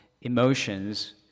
emotions